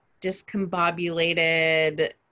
discombobulated